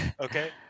Okay